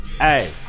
Hey